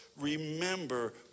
remember